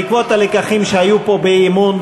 בעקבות הלקחים שהיו פה באי-אמון,